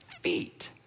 feet